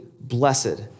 blessed